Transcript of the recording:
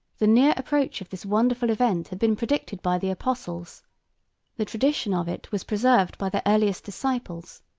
the near approach of this wonderful event had been predicted by the apostles the tradition of it was preserved by their earliest disciples,